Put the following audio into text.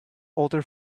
older